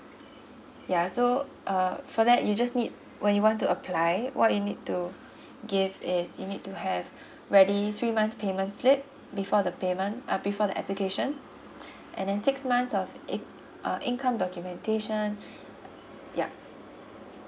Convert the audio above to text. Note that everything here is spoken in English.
ya so uh for that you just need when you want to apply what you need to give is you need to have ready three months' payments slip before the payment uh before the application and then six months of in~ uh income documentation yup